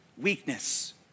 weakness